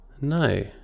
No